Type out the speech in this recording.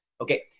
Okay